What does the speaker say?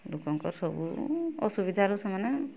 ଲୋକଙ୍କ ସବୁ ଅସୁବିଧାର ସେମାନେ